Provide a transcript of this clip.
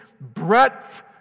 breadth